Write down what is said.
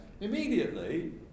immediately